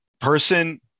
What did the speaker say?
person